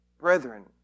brethren